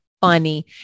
funny